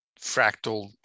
fractal